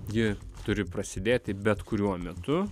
ji turi prasidėti bet kuriuo metu